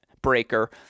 breaker